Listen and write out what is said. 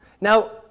Now